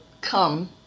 come